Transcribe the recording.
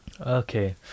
okay